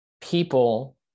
people